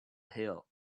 hill